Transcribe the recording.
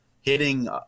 hitting